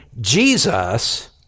Jesus